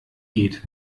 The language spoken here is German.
geht